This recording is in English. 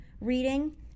reading